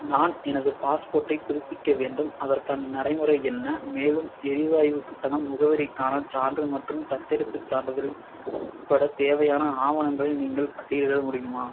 நான் எனது பாஸ்போர்ட்டை புதுப்பிக்க வேண்டும் அதற்கான நடைமுறை என்ன மேலும் எரிவாயுக் கட்டணம் முகவரிக்கான சான்று மற்றும் தத்தெடுப்புச் சான்றிதழ் உட்பட தேவையான ஆவணங்களை நீங்கள் பட்டியலிட முடியுமா